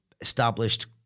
established